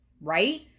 right